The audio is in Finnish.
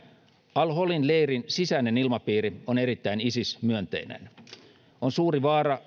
al holin leirin sisäinen ilmapiiri on erittäin isis myönteinen siinä on suuri vaara